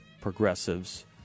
progressives